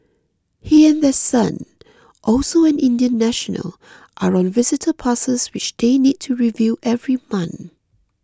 he and their son also an Indian national are on visitor passes which they need to renew every month